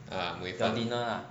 ah mui fan